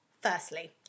Firstly